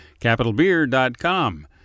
Capitalbeer.com